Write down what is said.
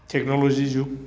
technology जुग